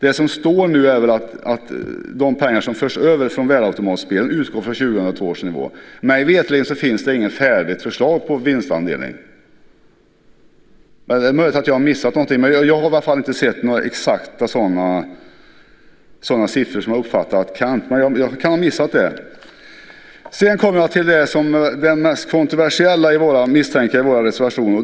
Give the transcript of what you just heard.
Det som står nu är att de pengar som förs över från värdeautomatspel utgår från 2002 års nivå. Mig veterligen finns det inget färdigt förslag till vinstandel. Det är möjligt att jag har missat någonting. Jag har i varje fall inte sett några exakta sådana siffror. Men jag kan ha missat det. Jag kommer sedan till det som jag misstänker är det mest kontroversiella i våra reservationer.